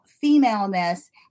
femaleness